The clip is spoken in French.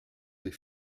des